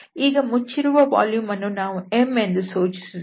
ಈ ಮುಚ್ಚಿರುವ ವಾಲ್ಯೂಮ್ ಅನ್ನು ನಾವು M ಎಂದು ಸೂಚಿಸುತ್ತೇವೆ